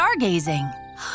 stargazing